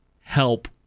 help